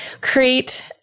create